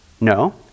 No